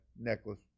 necklace